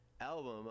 album